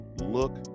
look